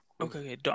okay